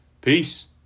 Peace